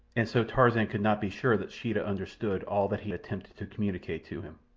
and so tarzan could not be sure that sheeta understood all that he attempted to communicate to him.